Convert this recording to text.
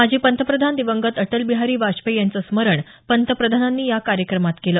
माजी पंतप्रधान दिवंगत अटल बिहारी वाजपेयी यांचं स्मरण पंतप्रधानांनी या कार्यक्रमात केलं